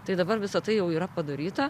tai dabar visa tai jau yra padaryta